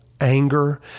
Anger